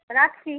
রাখছি